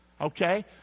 Okay